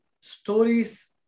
stories